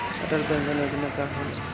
Atal pension Yojana का होला?